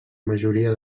majoria